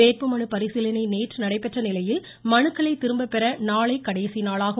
வேட்புமனு பரிசீலனை நேற்று நடைபெற்ற நிலையில் மனுக்களை திரும்பப்பபெற நாளை கடைசி நாளாகும்